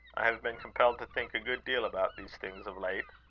i have been compelled to think a good deal about these things of late.